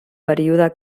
període